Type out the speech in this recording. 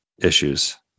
issues